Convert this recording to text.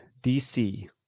DC